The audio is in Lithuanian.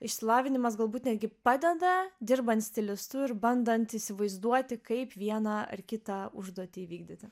išsilavinimas galbūt netgi padeda dirbant stilistu ir bandant įsivaizduoti kaip vieną ar kitą užduotį įvykdyti